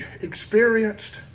experienced